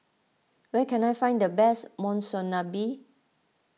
where can I find the best Monsunabe